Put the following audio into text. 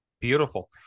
Beautiful